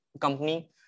company